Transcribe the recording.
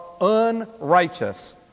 unrighteous